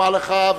אומר לך,